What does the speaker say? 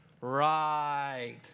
Right